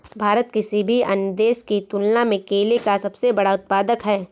भारत किसी भी अन्य देश की तुलना में केले का सबसे बड़ा उत्पादक है